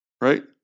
right